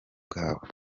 bwabo